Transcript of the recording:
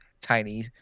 tiny